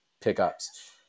pickups